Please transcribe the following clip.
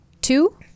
two